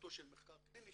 בתחילתו של מחקר קליני.